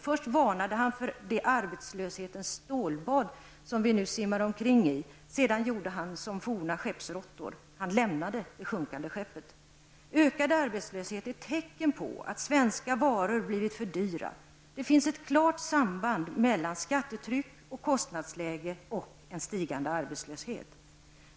Först varnade han för det arbetslöshetens stålbad som vi nu simmar omkring i. Sedan gjorde han som forna skeppsråttor, han lämnade det sjunkande skeppet. Ökad arbetslöshet är tecken på att svenska varor blivit för dyra. Det finns ett klart samband mellan skattetryck, kostnadsläge och stigande arbetslöshet.